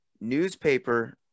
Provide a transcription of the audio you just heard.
newspaper